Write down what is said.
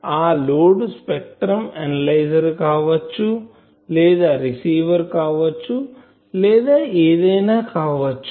ఆ load spectrum analyser కావచ్చు లేదా రిసీవర్ కావచ్చు లేదా ఏదైనా కావచ్చు